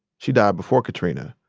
she died before katrina,